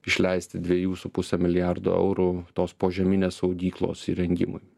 išleisti dviejų su puse milijardo eurų tos požeminės saugyklos įrengimui